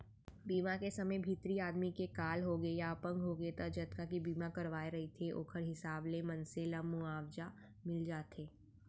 बीमा के समे भितरी आदमी के काल होगे या अपंग होगे त जतका के बीमा करवाए रहिथे ओखर हिसाब ले मनसे ल मुवाजा मिल जाथे